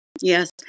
Yes